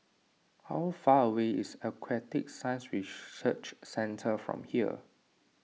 how far away is Aquatic Science Research Centre from here